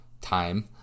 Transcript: time